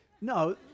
no